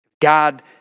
God